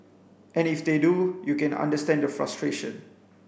and if they do you can understand the frustration